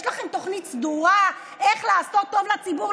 יש לכם תוכנית סדורה איך לעשות טוב לציבור,